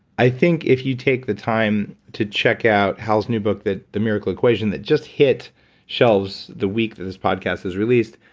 i think if you take the time to check out hal's new book, the miracle equation, that just hit shelves the week that this podcast is released,